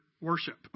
worship